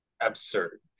absurd